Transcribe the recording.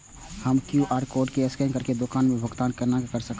हम QR code scan करके दुकान में भुगतान केना कर सकब?